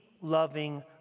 loving